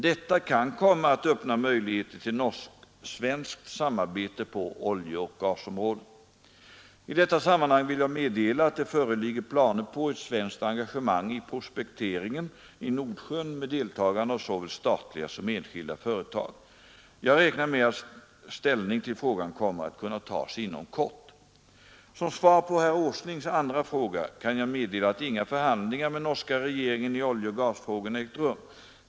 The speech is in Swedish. Detta kan komma att öppna möjligheter till norskt-svenskt samarbete på oljeoch gasområdet. I detta sammanhang vill jag meddela att det föreligger planer på ett svenskt engagemang i prospekteringen i Nordsjön med deltagande av såväl statliga som enskilda företag. Jag räknar med att ställning till frågan kommer att kunna tas inom kort. Som svar på herr Åslings andra fråga kan jag meddela att inga förhandlingar med norska regeringen i oljeoch gasfrågorna ägt rum.